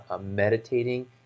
meditating